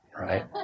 right